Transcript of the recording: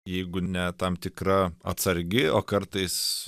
jeigu ne tam tikra atsargi o kartais